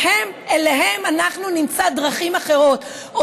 להם אנחנו נמצא דרכים אחרות,